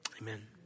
Amen